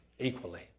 Equally